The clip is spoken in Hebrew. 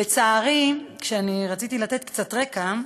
לצערי, רציתי לתת קצת רקע.